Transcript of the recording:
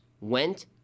went